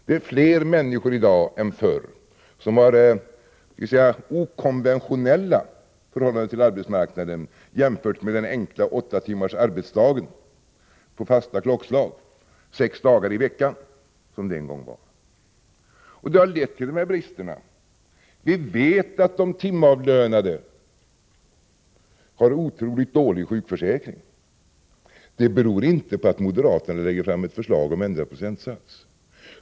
Det är fler människor i dag än förr som har okonventionella förhållanden till arbetsmarknaden jämfört med den enkla åtta timmars arbetsdagen på fasta klockslag sex dagar i veckan, som det en gång var. Detta har lett till de här bristerna. Vi vet att de timavlönade har otroligt dålig sjukförsäkring. Detta beror inte på att moderaterna lägger fram förslag om ändrad procentsats.